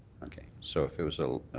okay. so if it was a